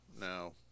no